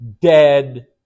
dead